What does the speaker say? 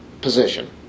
position